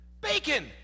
bacon